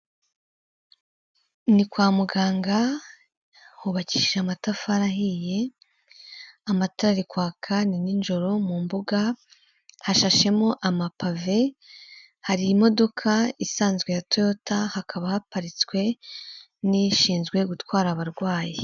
Abantu benshi cyane mu nzego zitandukanye; abagore, abagabo, urubyiruko bahagaze bakoze uruziga, ndetse nyuma yabo hari amamodoka menshi cyane, biragaragara ko ari igikorwa cyahabereye, ntabwo ndi kumenya icya aricyo, ariko bameze nk'abari gukora inama.